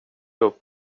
upp